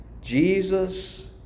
Jesus